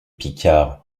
picard